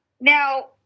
Now